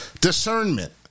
discernment